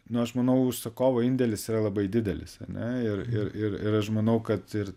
nu aš manau užsakovo indėlis yra labai didelis ane ir ir ir ir aš manau kad ir